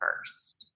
first